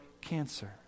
cancer